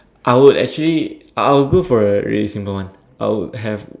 I would actually I would go for a really simple one I would have